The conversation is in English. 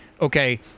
okay